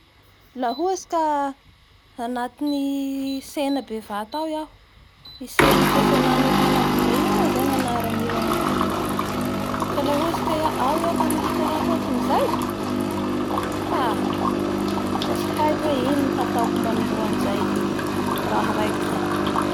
Laha ohatsy ka anatin'ny tsena bevata ao iaho i tsena fietsenan'olo manambola io moa zay nganan'io aminay atoy ka laha ohatsy ka ia- ao iaho mahita raha hokan'izay haa da tsy haiko hoe ino ny hataoko manoloa an'izay raha araiky zay.